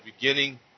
beginning